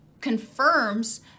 confirms